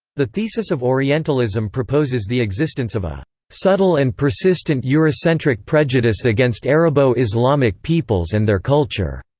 the thesis of orientalism proposes the existence of a subtle and persistent eurocentric prejudice against arabo-islamic peoples and their culture,